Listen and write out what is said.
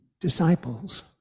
disciples